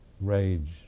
rage